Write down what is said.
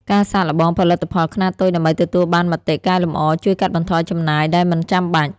ការសាកល្បងផលិតផលខ្នាតតូចដើម្បីទទួលបានមតិកែលម្អជួយកាត់បន្ថយចំណាយដែលមិនចាំបាច់។